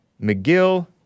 McGill